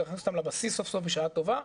צריך להכניס אותם לבסיס סוף סוף בשעה טובה,